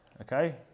okay